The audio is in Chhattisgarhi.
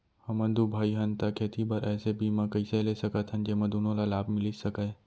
हमन दू भाई हन ता खेती बर ऐसे बीमा कइसे ले सकत हन जेमा दूनो ला लाभ मिलिस सकए?